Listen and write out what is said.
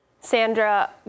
sandra